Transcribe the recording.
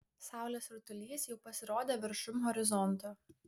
saulės rutulys jau pasirodė viršum horizonto